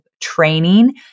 training